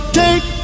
take